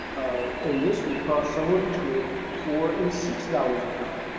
and this will cost somewhere between four and six dollars a pound.